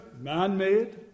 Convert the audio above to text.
man-made